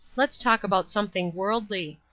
let's talk about something worldly.